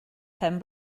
pen